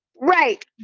right